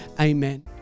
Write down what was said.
amen